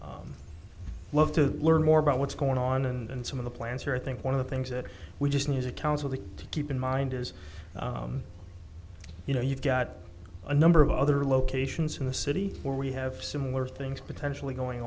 think love to learn more about what's going on and some of the plans here i think one of the things that we just music council to keep in mind is you know you've got a number of other locations in the city where we have similar things potentially going